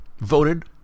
voted